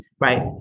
Right